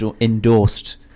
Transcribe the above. endorsed